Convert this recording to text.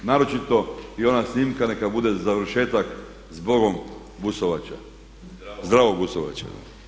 Naročito i ona snimka neka bude za završetak zbogom Busovača, zdravo Busovača.